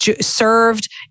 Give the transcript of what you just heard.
served